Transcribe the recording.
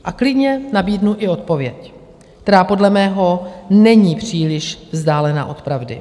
A klidně nabídnu i odpověď, která podle mého není příliš vzdálená od pravdy.